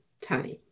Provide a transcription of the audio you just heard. time